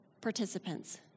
participants